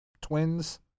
Twins